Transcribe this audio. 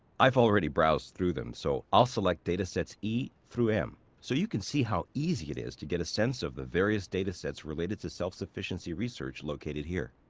i've already browsed through them, so i'll select data sets e through m so you can see how easy it is to get a sense of the various data sets related to self-sufficiency research located here.